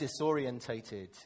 disorientated